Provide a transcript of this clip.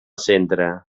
centre